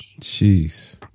Jeez